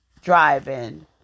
driving